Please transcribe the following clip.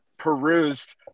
perused